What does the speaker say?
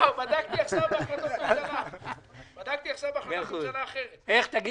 יש לנו